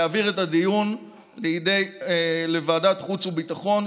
להעביר את הדיון לוועדת החוץ והביטחון,